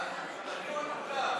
חברי הכנסת,